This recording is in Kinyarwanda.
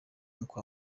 kwa